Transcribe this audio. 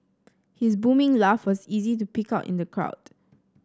his booming laugh was easy to pick out in the crowd